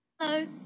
Hello